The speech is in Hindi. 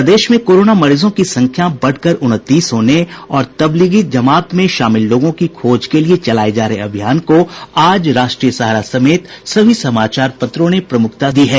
प्रदेश में कोरोना मरीजों की संख्या बढ़कर उनतीस होने और तबलीगी जमात में शामिल लोगों की खोज के लिये चलाये जा रहे अभियान को आज राष्ट्रीय सहारा समेत सभी समाचार पत्रों ने प्रमुखता से प्रकाशित किया है